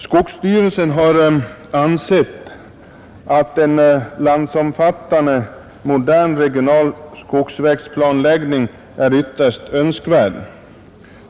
Skogsstyrelsen har ansett att en landsomfattande modern regional skogsvägnätsplanläggning är ytterst önskvärd.